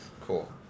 Cool